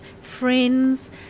friends